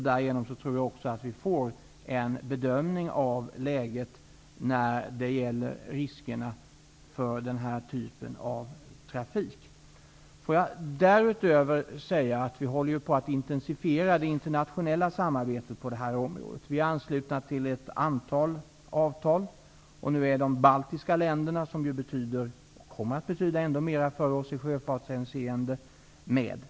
Därigenom tror jag också att vi får en bedömning av läget när det gäller riskerna med den här typen av trafik. Därutöver håller vi på att intensifiera det internationella samarbetet på detta område. Vi är anslutna till ett antal avtal. Nu är också de baltiska länderna med. De betyder mycket för oss i sjöfartshänseende och kommer att betyda ännu mer.